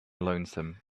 lonesome